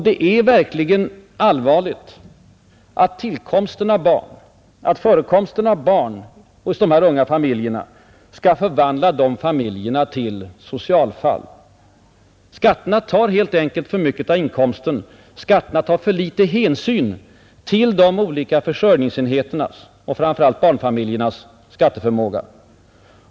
Det är verkligen allvarligt att förekomsten av barn hos dessa unga familjer skall förvandla dem till socialfall. Skatterna tar helt enkelt för mycket av inkomsten. Skatterna tar för liten hänsyn till de olika försörjningsenheternas, framför allt barnfamiljernas, skatteförmåga.